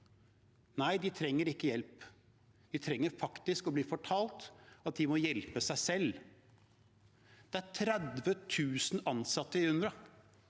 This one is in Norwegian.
Nei, de trenger ikke hjelp, de trenger faktisk å bli fortalt at de må hjelpe seg selv. Det er 30 000 ansatte i